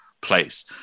place